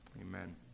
Amen